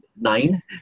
nine